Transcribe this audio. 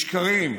בשקרים,